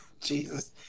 Jesus